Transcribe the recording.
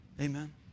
Amen